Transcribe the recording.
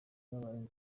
yabaye